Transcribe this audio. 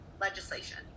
legislation